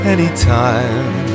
Anytime